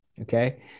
Okay